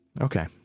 Okay